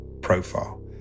profile